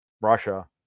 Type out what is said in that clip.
Russia